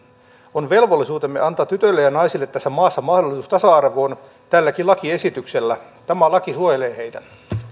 on velvollisuutemme antaa tytöille ja naisille tässä maassa mahdollisuus tasa arvoon tälläkin lakiesityksellä tämä laki suojelee heitä